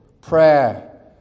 prayer